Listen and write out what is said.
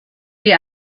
die